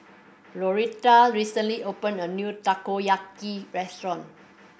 Loretta recently opened a new Takoyaki restaurant